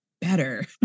better